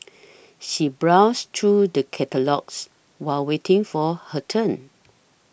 she browsed through the catalogues while waiting for her turn